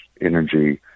energy